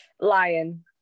Lion